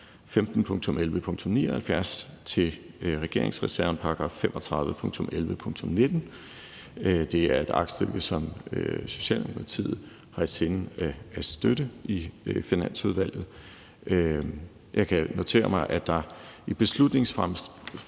15.11.79 til regeringsreserven § 35.11.19. Det er et aktstykke, som Socialdemokratiet har i sinde at støtte i Finansudvalget. Jeg kan notere mig, at det af beslutningsforslaget